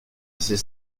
assez